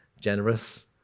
generous